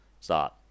start